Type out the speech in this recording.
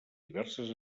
diverses